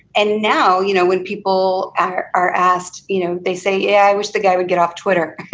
and now you know when people are are asked, you know they say, yeah i wish the guy would get off twitter.